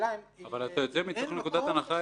אתה יוצא מנקודת הנחה,